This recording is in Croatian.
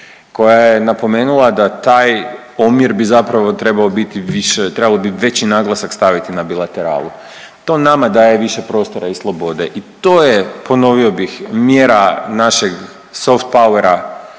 koja je napomenula da taj omjer bi zapravo trebao biti više, trebalo bi veći naglasak staviti na bilateralu. To nama daje više prostora i slobode i to je ponovio bih mjera našeg soft pauera,